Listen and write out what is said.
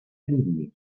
rítmic